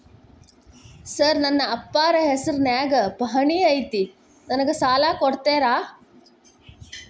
Sir ನನ್ನ ಅಪ್ಪಾರ ಹೆಸರಿನ್ಯಾಗ್ ಪಹಣಿ ಐತಿ ನನಗ ಸಾಲ ಕೊಡ್ತೇರಾ?